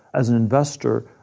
as an investor,